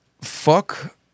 fuck